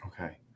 Okay